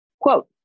Quote